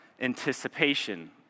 anticipation